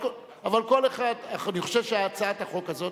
אני חושב שהצעת החוק הזאת,